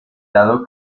dado